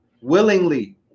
willingly